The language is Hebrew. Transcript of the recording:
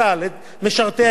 זה פשוט לא מוסרי.